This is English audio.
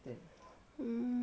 mm